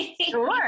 Sure